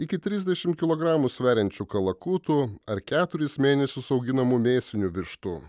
iki trisdešimt kilogramų sveriančių kalakutų ar keturis mėnesius auginamų mėsinių vištų